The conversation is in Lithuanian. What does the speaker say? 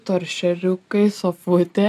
toršeriukai sofutė